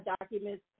documents